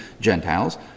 Gentiles